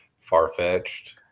far-fetched